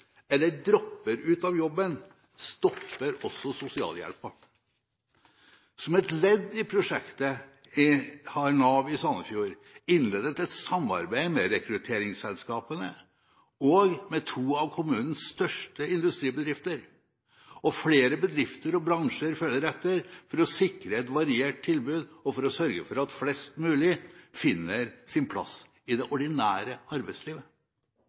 eller dropper ut av jobben, stopper også sosialhjelpen. Som et ledd i prosjektet har Nav i Sandefjord innledet et samarbeid med rekrutteringsselskapene og med to av kommunens største industribedrifter, og flere bedrifter og bransjer følger etter for å sikre et variert tilbud og sørge for at flest mulig finner sin plass i det ordinære arbeidslivet.